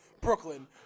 Brooklyn